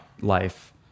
life